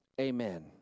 Amen